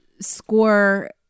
score